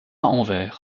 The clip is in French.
anvers